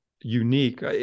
unique